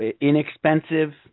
inexpensive